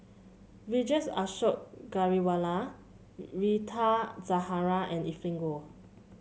Vijesh Ashok Ghariwala Rita Zahara and Evelyn Goh